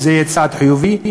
וזה יהיה צעד חיובי,